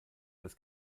das